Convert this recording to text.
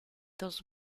dos